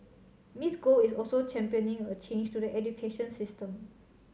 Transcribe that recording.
Miss Go is also championing a change to the education system